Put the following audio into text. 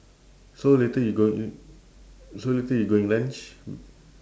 so later you go~ y~ so later you going lunch